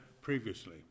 previously